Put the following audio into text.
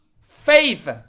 faith